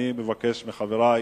אני מבקש מחברי